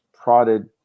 prodded